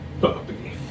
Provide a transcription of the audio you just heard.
Bobby